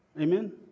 Amen